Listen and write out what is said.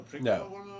No